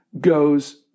goes